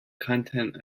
content